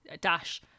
dash